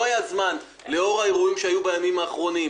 והיו לנו כמה פתרונות,